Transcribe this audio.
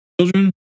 children